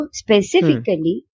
specifically